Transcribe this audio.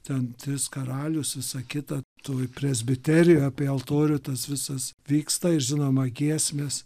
ten tris karalius visa kita toj presbiterijoj apie altorių tas visas vyksta ir žinoma giesmės